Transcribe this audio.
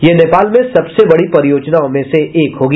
यह नेपाल में सबसे बड़ी परियोजनाओं में एक होगी